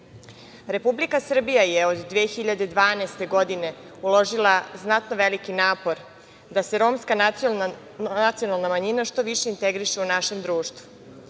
manjina. Republika Srbija je od 2012. godine uložila znatno veliki napor da se romska nacionalna manjina što više integriše u našem društvu.